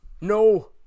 No